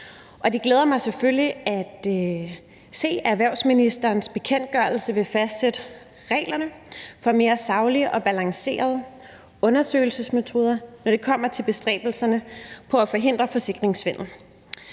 det glæder mig selvfølgelig at se, at erhvervsministerens bekendtgørelse vil fastsætte reglerne for mere saglige og balancerede undersøgelsesmetoder, når det kommer til bestræbelserne på at forhindre forsikringssvindel.